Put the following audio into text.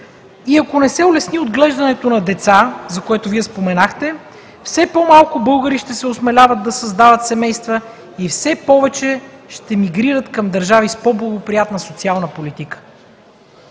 и ако не се улесни отглеждането на деца, за което Вие споменахте, все по-малко българи ще се осмеляват да създават семейства и все повече ще мигрират към държави с по благоприятна социална политика.